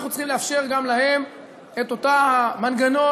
אנחנו צריכים לאפשר גם להם את אותו מנגנון,